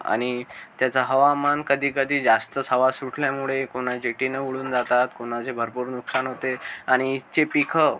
आणि त्याचं हवामान कधी कधी जास्तच हवा सुटल्यामुळे कोणाचे टीनं उडून जातात कोणाचे भरपूर नुकसान होते आणि इथचे पिकं